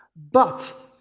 but,